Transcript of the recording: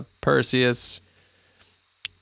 Perseus